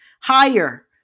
higher